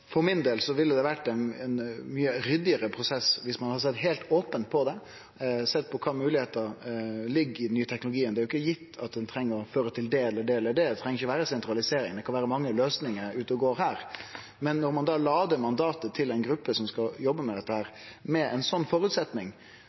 For min del ville det vore ein mykje ryddigare prosess viss ein hadde sett heilt opent på det, sett på kva for moglegheiter som ligg i den nye teknologien. Det er jo ikkje gitt at han treng å føre til det eller det eller det – det treng ikkje vere sentralisering, det kan vere mange løysingar ute og går her. Men da ein la det mandatet til ei gruppe som skal jobbe med dette, med ein sånn